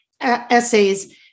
essays